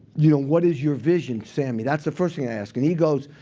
you know what is your vision, sammy? that's the first thing i asked. and he goes,